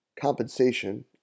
compensation